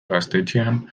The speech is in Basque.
gaztetxean